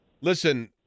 listen